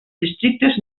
districtes